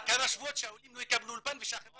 אבל כמה שבועות שהעולים יקבלו אולפן ושהחברה תקרוס.